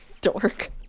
Dork